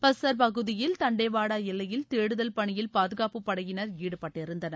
பஸ்தர் பகுதியில் தண்டேவாடா எல்லையில் தேடுதல் பணியில் பாதுகாப்புப் படையினர் ஈடுபட்டிருந்தனர்